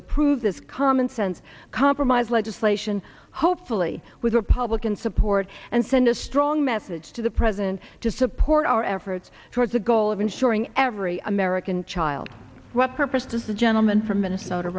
approve this commonsense compromise legislation hopefully with republican support and send a strong message to the president to support our efforts towards the goal of ensuring every american child what purpose does the gentleman from minnesota